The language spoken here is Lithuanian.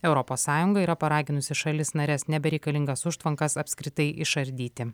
europos sąjunga yra paraginusi šalis nares nebereikalingas užtvankas apskritai išardyti